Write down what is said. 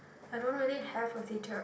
I don't really have a teacher